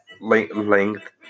length